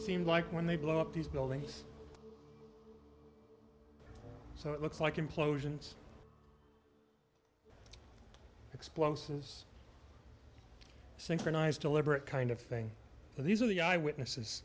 seems like when they blow up these buildings so it looks like implosions explosives synchronized deliberate kind of thing and these are the eyewitnesses